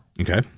Okay